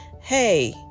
Hey